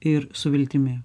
ir su viltimi